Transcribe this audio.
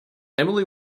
emily